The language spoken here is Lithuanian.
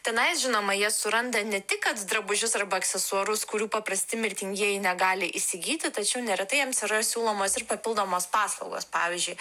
tenais žinoma jie suranda ne tik kad drabužius arba aksesuarus kurių paprasti mirtingieji negali įsigyti tačiau neretai jiems yra siūlomos ir papildomos paslaugos pavyzdžiui